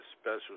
special